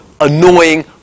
annoying